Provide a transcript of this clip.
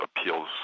appeals